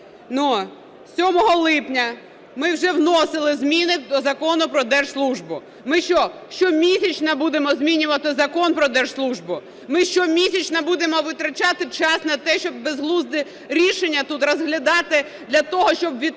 липня ми вже вносили зміни до Закону про держслужбу. Ми що, щомісячно будемо змінювати Закон про держслужбу? Ми щомісячно будемо витрачати час на те, щоб безглузді рішення тут розглядати для того, щоб відправити